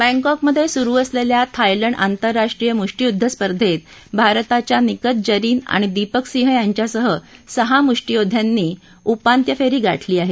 बँकांकमधे सुरु असलेल्या थायलंड आंतरराष्ट्रीय मुष्टीयुद्ध स्पर्धेत भारताच्या निकहत जरीन आणि दीपक सिंह यांच्यासह सहा मुष्टीयोद्ध्यांनी उपांत्यफेरी गाठली आहे